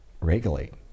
regulate